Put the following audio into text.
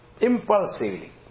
impulsively